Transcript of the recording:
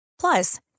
Plus